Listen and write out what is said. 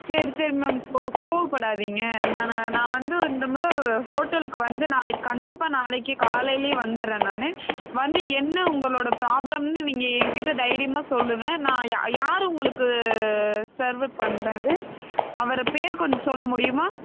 சரி சரி மேம் கோவ கோவப்படாதிங்க நானே நான் வந்த இந்தமுறை ஹோட்டல்க்கு வந்து நாளைக்கு கண்டிப்பாக நாளைக்கு காலைலயே வந்தர்றே நான் வந்து என்ன உங்களோட ப்ராப்லம்ன்னு நீங்கள் என்கிட்ட தைரியமாக சொல்லுங்கள் நான் யா யார் உங்களுக்கு சர்வர் பண்ணது அவர் பேர் கொஞ்ச சொல்ல முடிமா